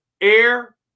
air